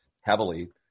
heavily